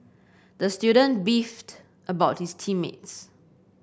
the student beefed about his team mates